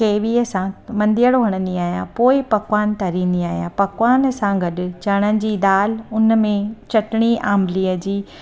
केवी सां मंदेअड़ो हणंदी आहियां पोइ पकवान तरींदी आहियां पकवान सां गॾु चणनि जी दालि हुन में चटणी आम्बलीअ जी